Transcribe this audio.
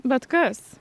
bet kas